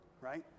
right